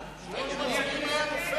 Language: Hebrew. אם היינו מצביעים הוא היה נופל.